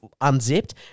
unzipped